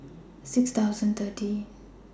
six thousand thirty